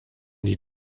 die